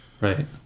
Right